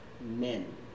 men